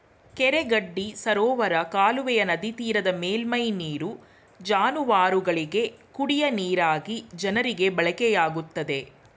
ಕೆರೆ ಗಡ್ಡಿ ಸರೋವರ ಕಾಲುವೆಯ ನದಿತೀರದ ಮೇಲ್ಮೈ ನೀರು ಜಾನುವಾರುಗಳಿಗೆ, ಕುಡಿಯ ನೀರಾಗಿ ಜನರಿಗೆ ಬಳಕೆಯಾಗುತ್ತದೆ